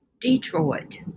Detroit